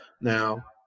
now